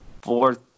fourth